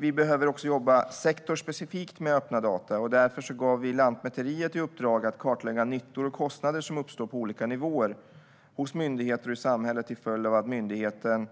Vi behöver också jobba sektorsspecifikt med öppna data, och därför gav vi Lantmäteriet i uppdrag att kartlägga nyttor och kostnader som uppstår på olika nivåer hos myndigheter och i samhället till följd av att myndigheten